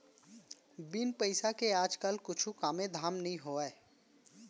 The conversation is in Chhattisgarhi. बिन पइसा के आज काल कुछु कामे धाम नइ होवय